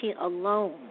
alone